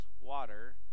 water